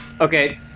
Okay